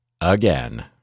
again